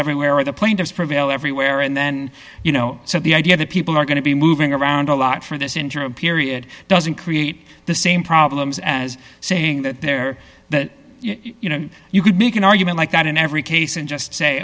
everywhere or the plaintiffs prevail everywhere and then you know so the idea that people are going to be moving around a lot for this interim period doesn't create the same problems as saying that they're you know you could make an argument like that in every case and just say